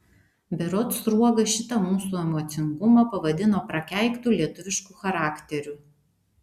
berods sruoga šitą mūsų emocingumą pavadino prakeiktu lietuvišku charakteriu